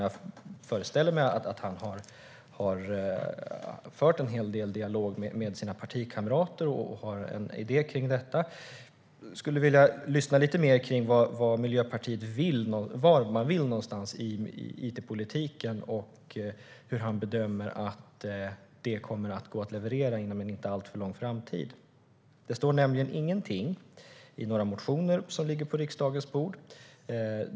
Jag föreställer mig att han har fört en hel del dialoger med sina partikamrater och har en idé om detta. Jag skulle vilja höra lite mer om vad Miljöpartiet vill i it-politiken och hur Anders Schröder bedömer att det kommer att gå att leverera inom en inte alltför avlägsen framtid. Det står nämligen ingenting i några motioner som ligger på riksdagens bord.